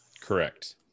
Correct